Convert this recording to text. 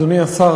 אדוני השר,